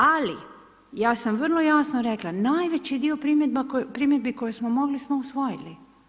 Ali ja sam vrlo jasno rekla, najveći dio primjedbi koje smo mogli smo usvojili.